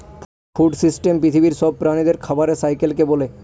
food system পৃথিবীর সব প্রাণীদের খাবারের সাইকেলকে বলে